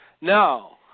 No